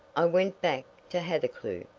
i went back to hathercleugh,